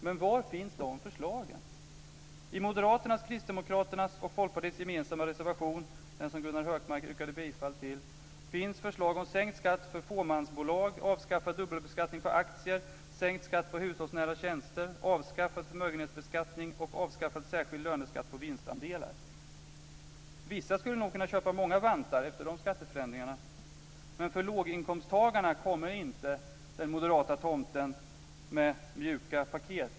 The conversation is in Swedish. Men var finns de förslagen? I Moderaternas, Kristdemokraternas och Folkpartiets gemensamma reservation - den som Gunnar Hökmark yrkade bifall till - finns förslag om sänkt skatt för fåmansbolag, avskaffad dubbelbeskattning på aktier, sänkt skatt på hushållsnära tjänster, avskaffad förmögenhetsbeskattning och avskaffad särskild löneskatt på vinstandelar. Vissa skulle nog kunna köpa många vantar efter de skatteförändringarna, men för låginkomsttagarna kommer inte den moderata tomten med mjuka paket.